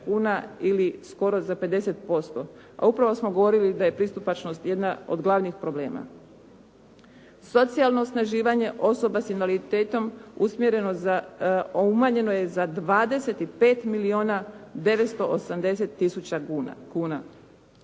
kuna ili skoro za 50%, a upravo smo govorili da je pristupačnost jedan od glavnih problema. Socijalno osnaživanje osoba s invaliditetom umanjeno je za 25 milijuna